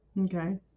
okay